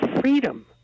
freedom